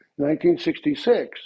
1966